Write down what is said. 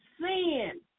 sin